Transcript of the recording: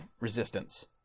resistance